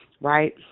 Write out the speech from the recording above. right